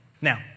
Now